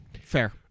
Fair